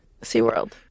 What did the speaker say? SeaWorld